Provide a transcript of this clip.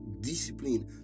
discipline